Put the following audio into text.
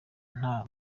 nta